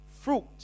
fruit